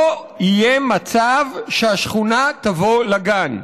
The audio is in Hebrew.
לא יהיה מצב שהשכונה תבוא לגן.